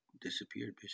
disappeared